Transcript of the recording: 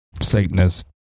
satanist